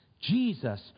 Jesus